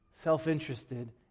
self-interested